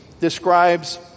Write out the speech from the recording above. describes